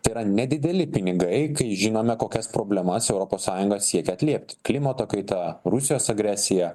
tai yra nedideli pinigai kai žinome kokias problemas europos sąjunga siekia atliepti klimato kaita rusijos agresija